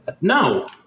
No